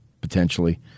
Potentially